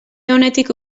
onetik